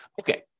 Okay